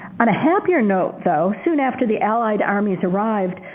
on a happier note, though, soon after the allied armies arrived,